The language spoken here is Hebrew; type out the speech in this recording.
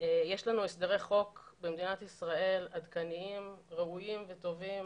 יש לנו הסדרי חוק עדכניים, ראויים וטובים